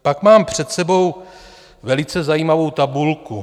Pak mám před sebou velice zajímavou tabulku.